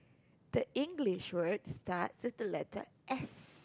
the English word starts with the letter S